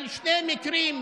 על שני מקרים,